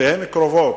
שהן קרובות,